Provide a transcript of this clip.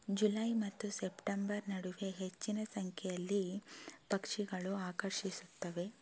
July ಮತ್ತು September ನಡುವೆ ಹೆಚ್ಚಿನ ಸಂಖ್ಯೆಯಲ್ಲಿ ಪಕ್ಷಿಗಳು ಆಕರ್ಷಿಸುತ್ತವೆ